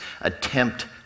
attempt